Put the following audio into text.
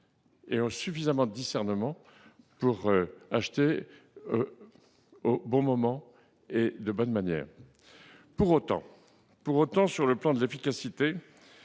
et ont suffisamment de discernement pour acheter au bon moment et de la bonne manière. Sur le plan de l’efficacité,